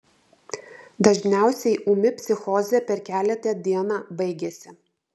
dažniausiai ūmi psichozė per keletą dieną baigiasi